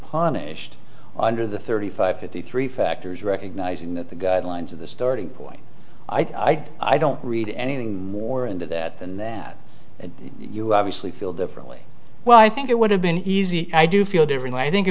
punished under the thirty five fifty three factors recognizing that the guidelines of the starting point i don't read anything more into that than that and you obviously feel differently well i think it would have been easy i do feel differently i think it